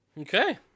Okay